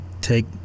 take